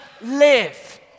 live